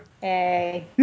Hey